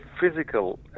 physical